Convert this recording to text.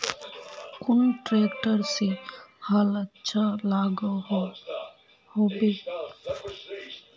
कुन ट्रैक्टर से हाल अच्छा लागोहो होबे?